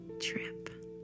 trip